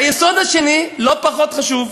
היסוד השני, לא פחות חשוב,